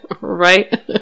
Right